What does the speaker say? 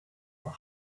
will